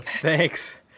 Thanks